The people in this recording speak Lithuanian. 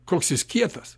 koks jis kietas